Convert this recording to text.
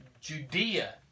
Judea